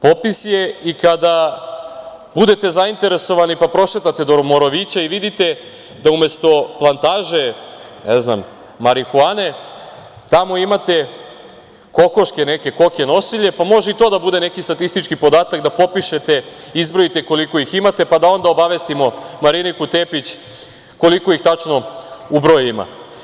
Popis je i kada budete zainteresovani, pa prošetate do Morovića i vidite da umesto plantaže, na znam, marihuane, tamo imate kokoške, koke nosilje, pa može i to da bude neki statistički podatak da popišete, izbrojite koliko ih imate, pa da onda obavestimo Mariniku Tepić koliko ih tačno u broj ima.